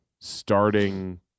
starting